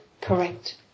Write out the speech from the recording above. Correct